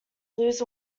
blues